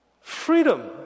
freedom